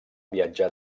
viatjar